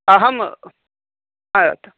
अहम् अ